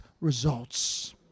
results